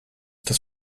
das